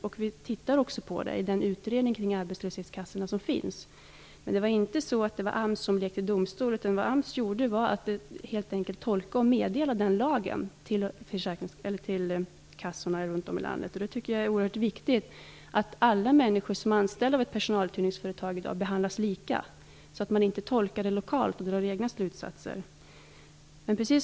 Man ser också över det i den utredning kring arbetslöshetskassorna som finns. Men det var inte AMS som lekte domstol. Vad AMS gjorde var helt enkelt att tolka och meddela den lagen till kassorna runt om i landet. Jag anser att det är oerhört viktigt att alla människor som är anställda av ett personaluthyrningsföretag i dag behandlas lika, så att lagen inte tolkas lokalt och man drar egna slutsatser på respektive håll.